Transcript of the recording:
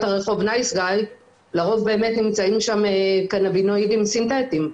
הרחוב "נייס גאי" קנבינואידים סינתטיים.